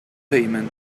payment